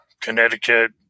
Connecticut